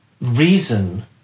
reason